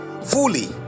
fully